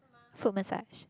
foot massage